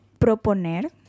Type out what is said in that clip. Proponer